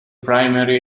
primary